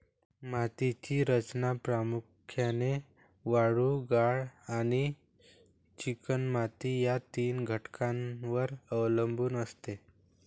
मातीची रचना प्रामुख्याने वाळू, गाळ आणि चिकणमाती या तीन घटकांवर अवलंबून असते